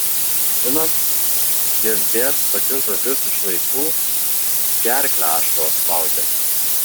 žinot girdėt tokius žodžius iš vaikų gerklę ašaros spaudė